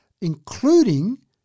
including